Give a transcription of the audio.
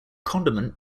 condiment